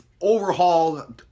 Overhaul